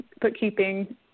bookkeeping